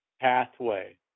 pathway